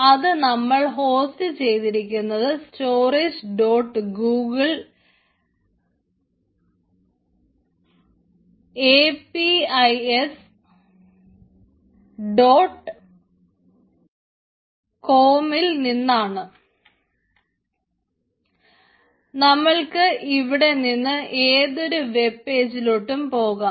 അത് നമ്മൾ ഹോസ്റ്റ് ചെയ്തിരിക്കുന്നത് സ്റ്റോറേജ് ഡോട്ട് ഗൂഗിൾഎപിഐസ് ഡോട്ട് കോമിൽ നിന്നാണ് നമ്മൾക്ക് ഇവിടെ നിന്ന് ഏതൊരു വെബ് പേജിലോട്ടും പോവാം